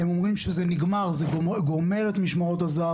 הם אומרים שזה גומר את משמרות הזהב,